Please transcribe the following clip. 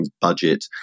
budget